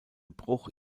bruch